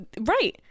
right